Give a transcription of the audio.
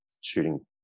shooting